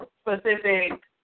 specific